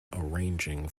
arranging